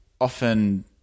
often